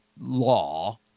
law